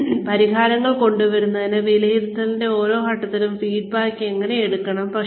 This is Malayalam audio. കൂടാതെ പരിഹാരങ്ങൾ കൊണ്ടുവരുന്നതിന് വിലയിരുത്തലിന്റെ ഓരോ ഘട്ടത്തിലും ഫീഡ്ബാക്ക് എങ്ങനെ എടുക്കണം